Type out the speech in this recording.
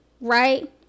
right